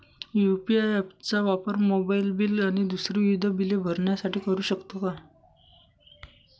UPI app चा वापर mobile bill आणि दुसरी विविध बिले भरण्यासाठी करू शकतो का?